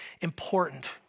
important